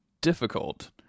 difficult